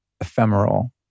ephemeral